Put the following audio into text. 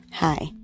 Hi